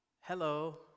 Hello